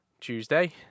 Tuesday